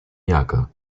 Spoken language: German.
jacke